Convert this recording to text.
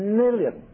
million